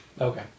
Okay